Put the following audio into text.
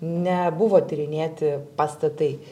nebuvo tyrinėti pastatai